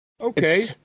okay